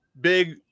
big